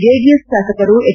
JDS ಶಾಸಕರು ಹೆಚ್